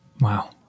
Wow